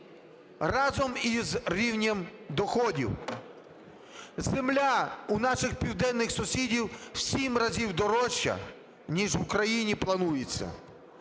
разом із рівнем доходів. Земля у наших південних сусідів в 7 разів дорожча, ніж в Україні планується,